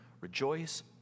Rejoice